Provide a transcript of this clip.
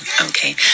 okay